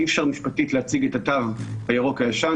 אי-אפשר משפטית להציג את התו הירוק הישן.